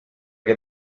che